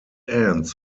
ends